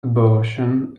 abortion